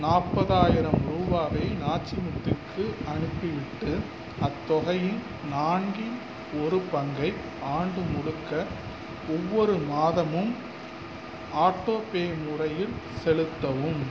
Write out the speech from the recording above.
நாற்பதாயிரம் ரூபாவை நாச்சிமுத்துக்கு அனுப்பிவிட்டு அத்தொகையின் நான்கில் ஒரு பங்கை ஆண்டு முழுக்க ஒவ்வொரு மாதமும் ஆட்டோ பே முறையில் செலுத்தவும்